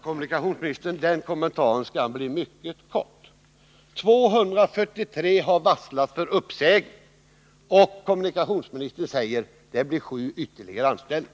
Herr talman! Den kommentaren skall bli mycket kort, herr kommunikationsministern. 243 personer har varslats om uppsägning, och kommunikationsministern säger: Det blir sju ytterligare anställningar.